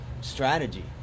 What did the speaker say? strategy